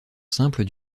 simple